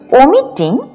omitting